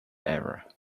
error